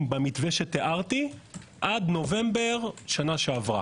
במתווה שתיארתי עד נובמבר בשנה שעברה,